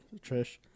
Trish